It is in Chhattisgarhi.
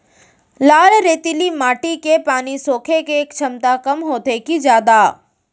लाल रेतीली माटी के पानी सोखे के क्षमता कम होथे की जादा?